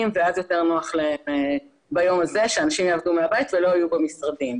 ואז יותר נוח להם ביום הזה שאנשים יעבדו מהבית ולא יהיו במשרדים.